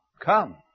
come